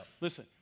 Listen